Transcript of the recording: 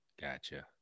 Gotcha